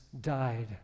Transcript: died